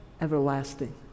everlasting